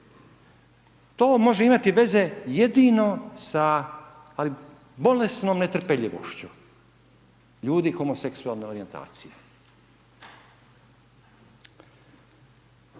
To može imati veze jedino sa bolesnom netrpeljivošću ljudi homoseksualne orijentacije.